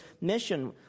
mission